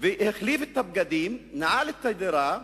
החליף את הבגדים, נעל את הדירה,